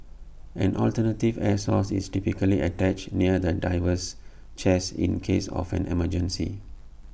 an alternative air source is typically attached near the diver's chest in case of an emergency